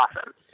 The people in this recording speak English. awesome